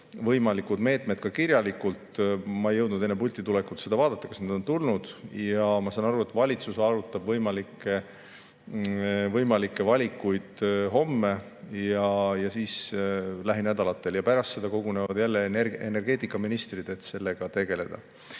võimalikud meetmed ka kirjalikult. Ma ei jõudnud enne pulti tulekut vaadata, kas need on tulnud, aga ma saan aru, et valitsus arutab võimalikke valikuid homme ja lähinädalatel. Ja pärast seda kogunevad jälle energeetikaministrid, et sellega tegeleda.